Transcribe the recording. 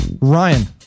Ryan